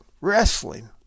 wrestling